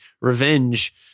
revenge